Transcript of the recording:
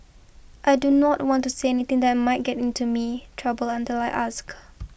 I do not want to say anything that might get into me trouble until I ask